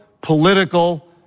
political